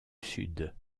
sud